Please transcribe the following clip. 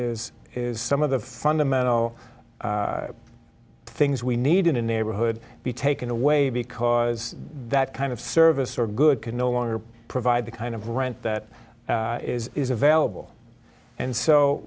is is some of the fundamental things we need in a neighborhood be taken away because that kind of service or good can no longer provide the kind of rent that is available and so